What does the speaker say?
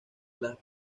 las